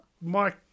Mike